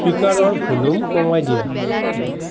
স্পীকাৰৰ volume কমাই দিয়া